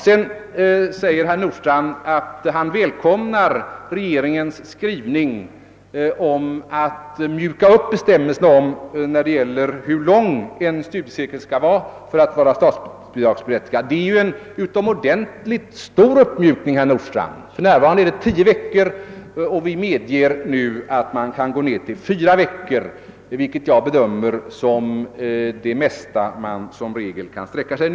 Sedan säger herr Nordstrandh att han välkomnar regeringens skrivning om att mjuka upp bestämmelserna när det gäller hur länge en studiecirkel skall pågå för att vara statsbidragberättigad. Det är ju en utomordentligt stor uppmjukning, herr Nordstrandh. För närvarande är det tio veckor, och vi medger nu att man kan gå ned till fyra veckor, vilket jag bedömer som det lägsta man som regel kan sträcka sig till.